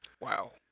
Wow